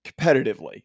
competitively